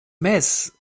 mess